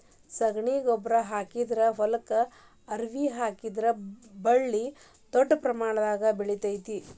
ಶಗಣಿ ಗೊಬ್ಬ್ರಾ ಹಾಕಿದ ಹೊಲಕ್ಕ ಅವ್ರಿ ಹಾಕಿದ್ರ ಬಳ್ಳಿ ದೊಡ್ಡ ಪ್ರಮಾಣದಾಗ ಹಬ್ಬತೈತಿ